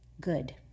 good